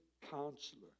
counselor